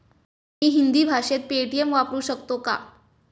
मी हिंदी भाषेत पेटीएम वापरू शकतो का?